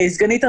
סגנית הנשיא,